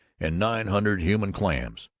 and nine hundred human clams.